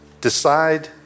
Decide